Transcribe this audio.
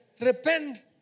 repent